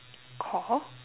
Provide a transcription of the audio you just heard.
core